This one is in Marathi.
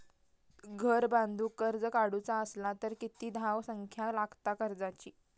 घर बांधूक कर्ज काढूचा असला तर किती धावसंख्या लागता कर्जाची?